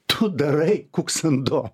tu darai kuksando